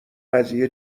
قضیه